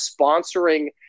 sponsoring